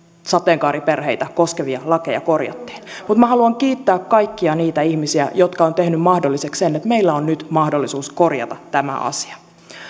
sateenkaariperheitä koskevia lakeja korjattiin mutta minä haluan kiittää kaikkia niitä ihmisiä jotka ovat tehneet mahdolliseksi sen että meillä on nyt mahdollisuus korjata tämä asia